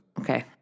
Okay